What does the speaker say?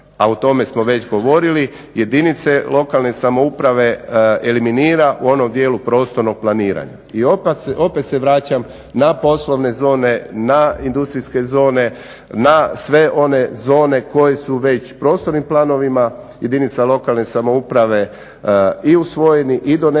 a o tome smo već govorili jedinice lokalne samouprave eliminira u onom dijelu prostornog planiranja. I opet se vraćam na poslovne zone, na industrijske zone, na sve one zone koje su već prostornim planovima jedinica lokalne samouprave i usvojeni i doneseni